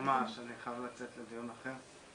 אני חייב לצאת לדיון אחר.